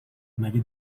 مگه